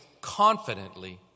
confidently